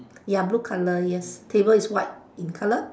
ya blue color yes table is white in color